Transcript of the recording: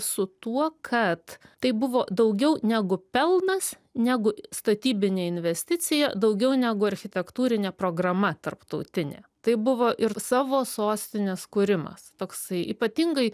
su tuo kad tai buvo daugiau negu pelnas negu statybinė investicija daugiau negu architektūrinė programa tarptautinė tai buvo ir savo sostinės kūrimas toksai ypatingai